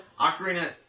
Ocarina